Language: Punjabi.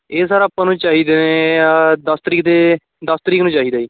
ਇਹ ਸਰ ਆਪਾਂ ਨੂੰ ਚਾਹੀਦੇ ਹੈ ਦਸ ਤਰੀਕ ਦੇ ਦਸ ਤਰੀਕ ਨੂੰ ਚਾਹੀਦਾ ਜੀ